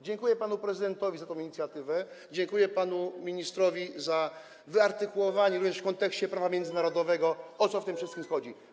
Dziękuję panu prezydentowi za tę inicjatywę, dziękuję panu ministrowi za wyartykułowanie, również w kontekście prawa międzynarodowego, o co w tym wszystkim chodzi.